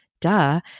Duh